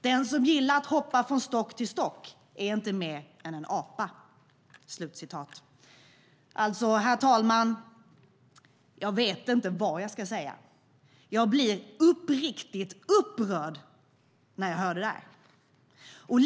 Den som gillar att hoppa från stock till stock är inte mer än en apa." Alltså , herr talman, jag vet inte vad jag ska säga. Jag blir uppriktigt upprörd när jag hör det där.